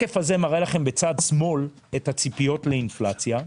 בצד שמאל השקף מראה את הציפיות לאינפלציה,